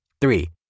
Three